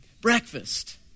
Breakfast